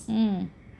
mm